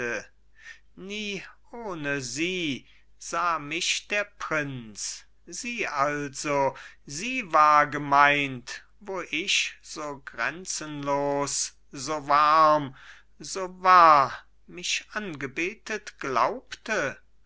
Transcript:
nie ohne sie sah mich der prinz sie also sie war gemeint wo ich so grenzenlos so warm so wahr mich angebetet glaubte